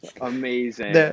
amazing